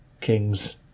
kings